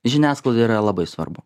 žiniasklaidai yra labai svarbu